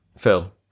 Phil